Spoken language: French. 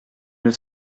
neuf